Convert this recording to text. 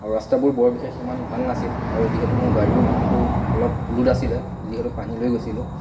ৰাস্তাবোৰ বৰ বিশেষ ইমান ভাল নাছিল আৰু যিহেতু মোৰ গাড়ীও অলপ লোড আছিলে যিহেতু পানী লৈ গৈছিলোঁ